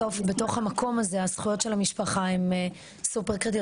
בסוף בתוך המקום הזה הזכויות של המשפחה הן סופר קריטיות.